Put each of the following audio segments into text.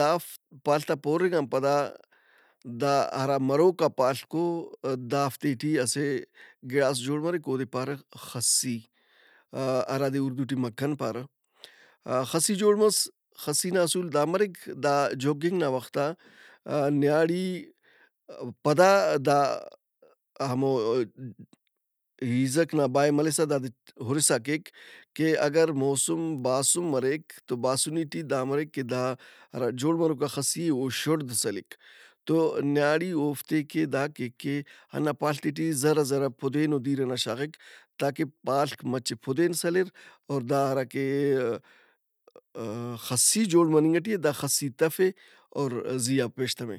دافت پاڷت آ پورِنگ آن پدا دا ہرا مروکا پالک او دافتے ٹی اسہ گِڑاس جوڑ مریک اودے پارہ خسّی۔ آ- ہرادے اُردو ٹی مکھن پارہ۔ خسی جوڑ مس، خسی نا اصول دا مریک۔ دا جُگنگ نا وخت آ نیاڑی پدا دا ہمو ہیزک نا بائے ملسہ دادے ہُرسہ کیک کہ اگر موسم باسُن مریک تو باسُنی ٹی دا مریک کہ دا ہرا جوڑ مروکا خسی ئے او شُڑد سلِک۔ تو نیاڑی اوفتے کہ داکہ کہ ہنّا پاڷت ئے ٹی زرہ زرہ پُدینو دِیر ئنا شاغِک تاکہ پالک مچہ پُدین سلِر۔ اور دا ہراکہ ا-ا- خسی جوڑ مننگٹی اے دا خسی تفہِ اور زی آ پیش تمّہِ۔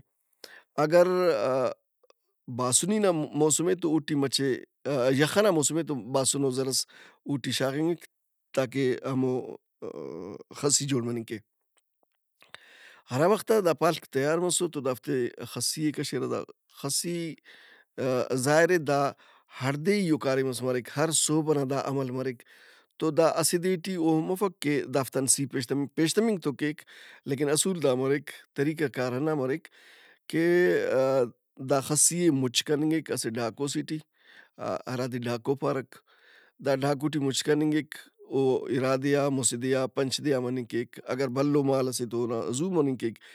اگر آ-ا- باسنی نا موسم اے تو اوٹی مچہ یخ ئنا موسم اے توباسُن او زرس اوٹی شاغِنگک تاکہ ہمو ا-ا- خسی جوڑ مننگ کے۔ ہرا وخت ا دا پاڷک تیار مسر تو دافتے خسی ئے کشِرہ۔ دا خسی ظاہر اے دا ہڑدیئیئو کاریمس مریک۔ ہر صحب ئنا دا عمل مریک۔ تو دا اسہ دے ٹی اوہن مفک کہ دافت ان سِی پیش تمک۔ پیش تمنگ تو کیک لیکن اصول دا مریک، طریقہ کارہنّا مریک کہ ا-ا- دا خسی ئے مُچ کننگ اسہ ڈھاکو سے ٹی ہرادے ڈھاکو پارک۔ دا ڈھاکو ٹی مچ کننگک۔ او اِرا دے آ مُسہ دے آ پنچ دے آ مننگ کیک۔ اگر بھلو مال ئسے تو اونا زٗو مننگ کیک۔